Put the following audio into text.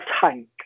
tank